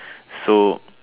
so